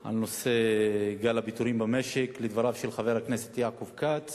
על נושא גל הפיטורים במשק, של חבר הכנסת יעקב כץ